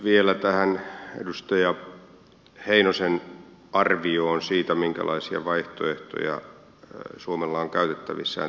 vielä tähän edustaja heinosen arvioon siitä minkälaisia vaihtoehtoja suomella on käytettävissään tässä suhteessa